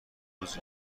روز